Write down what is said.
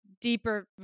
deeper